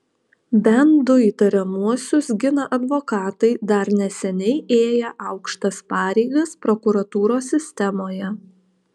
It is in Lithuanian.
bent du įtariamuosius gina advokatai dar neseniai ėję aukštas pareigas prokuratūros sistemoje